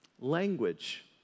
language